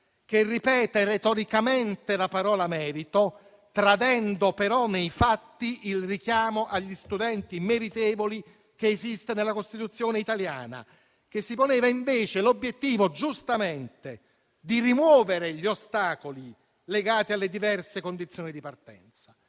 che ripete retoricamente la parola merito, tradendo però, nei fatti, il richiamo agli studenti meritevoli che esiste nella Costituzione italiana, la quale si poneva invece l'obiettivo, giustamente, di rimuovere gli ostacoli legati alle diverse condizioni di partenza.